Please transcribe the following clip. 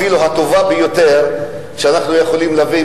אפילו הטובה ביותר שאנחנו יכולים להביא,